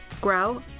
grow